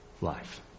life